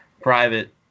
private